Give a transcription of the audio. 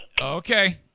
Okay